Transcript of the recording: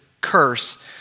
curse